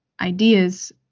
ideas